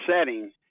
setting